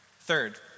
Third